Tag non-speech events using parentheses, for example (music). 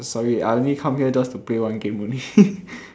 sorry I only come here just to play one game only (laughs)